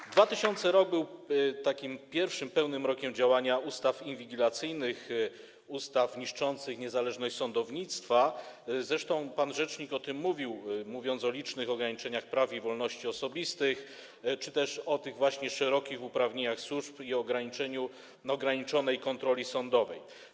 Rok dwa tysiące... był takim pierwszym pełnym rokiem działania ustaw inwigilacyjnych, ustaw niszczących niezależność sądownictwa, zresztą pan rzecznik o tym mówił - o licznych ograniczeniach praw i wolności osobistych czy też o tych właśnie szerokich uprawnieniach służb i ograniczonej kontroli sądowej.